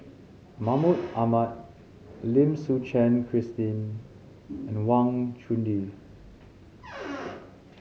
Mahmud Ahmad Lim Suchen Christine and Wang Chunde